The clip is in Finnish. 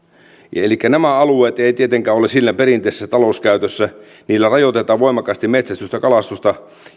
elikkä nämä alueet eivät tietenkään ole siellä perinteisessä talouskäytössä niillä rajoitetaan voimakkaasti metsästystä ja kalastusta